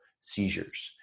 seizures